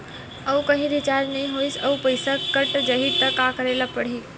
आऊ कहीं रिचार्ज नई होइस आऊ पईसा कत जहीं का करेला पढाही?